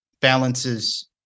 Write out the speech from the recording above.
balances